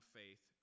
faith